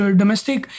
domestic